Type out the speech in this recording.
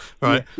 Right